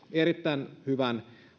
erittäin hyvän